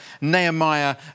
Nehemiah